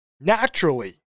naturally